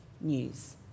news